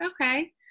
okay